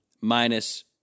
minus